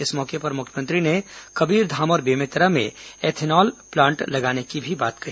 इस मौके पर मुख्यमंत्री ने कबीरधाम और बेमेतरा में एथेनॉल प्लांट लगाने की भी बात कही